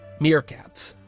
meercats?